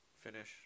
finish